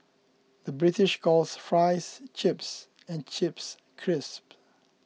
the British calls Fries Chips and Chips Crisps